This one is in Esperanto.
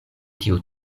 tiu